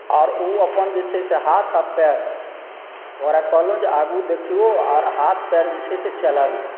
आर ओ अपन जे छै से हाथ आ पैर ओकरा कहलहुँ जे आगु देखिऔ आ हाथ पैर जे छै से चलाबु